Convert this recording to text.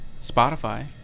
Spotify